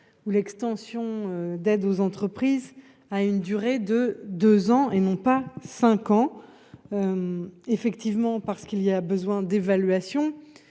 ou l'extension d'aide aux entreprises, a une durée de 2 ans, et non pas 5 ans effectivement parce qu'il y a besoin d'évaluation